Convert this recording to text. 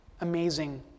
amazing